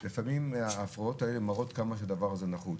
לפעמים ההפרעות האלה מראות כמה שהדבר הזה נחוץ,